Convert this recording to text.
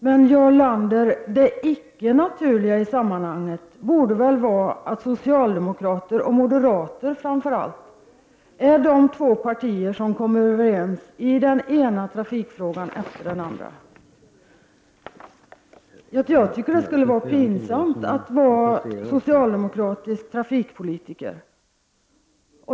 Men, Jarl Lander, det icke naturliga i sammanhanget borde vara att socialdemokrater och moderater är de två partier som kommer överens i den ena trafikpolitiska frågan efter den andra. Jag tycker att det skulle vara pinsamt att vara socialdemokratisk trafikpolitiker.